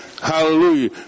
Hallelujah